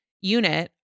unit